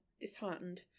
disheartened